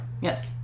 Yes